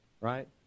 Right